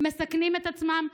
מסכנים את עצמם,